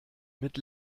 mit